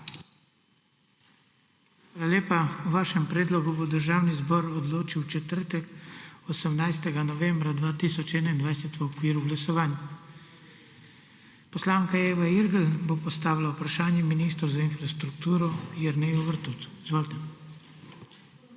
lepa. O vašem predlogu bo Državni zbor odločil v četrtek, 18. novembra 2021, v okviru glasovanj. Poslanka Tadeja Šuštar Zalar bo postavila vprašanje ministru za infrastrukturo Jerneju Vrtovcu. Izvolite.